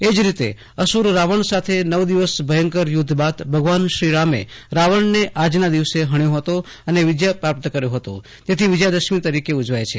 એ જ રીતે અસુર રાવજ્ઞ સાથે નવ દિવસ ભયંકર યુદ્ધ બાદ ભગવાન શ્રી રામે રાવણને આજના દિવસે હજ્યો હતો અને વિજય પ્રાપ્ત કર્યો હતો તેથી વિજયા દશમી તરીકે ઉજવાય છે